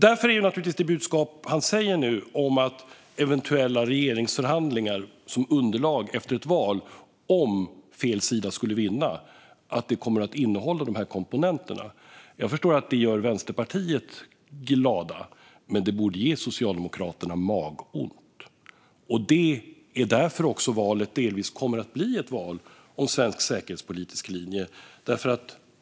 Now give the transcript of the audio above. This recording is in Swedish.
Därför är det naturligtvis ett anmärkningsvärt budskap han nu framför om att eventuella regeringsförhandlingar som underlag efter ett val kommer att innehålla de här komponenterna - om fel sida skulle vinna. Jag förstår att det gör Vänsterpartiet glada, men det borde ge Socialdemokraterna magont. Det är också därför valet delvis kommer att bli ett val om svensk säkerhetspolitisk linje.